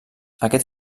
aquest